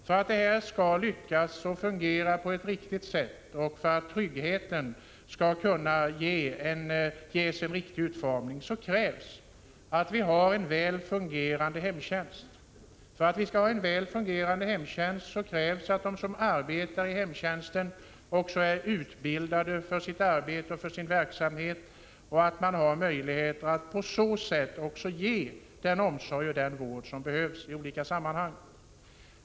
För att detta skall lyckas och fungera på ett riktigt sätt och för att tryggheten skall kunna ges en riktig utformning krävs att vi har en väl fungerande hemtjänst, och för att få det krävs att de som arbetar i hemtjänsten också är utbildade för sitt arbete och för sin verksamhet så att de har möjligheter att ge den omsorg och den vård som behövs i olika sammanhang.